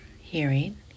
hearing